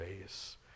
face